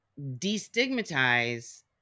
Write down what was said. destigmatize